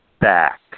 back